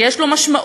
שיש לו משמעות,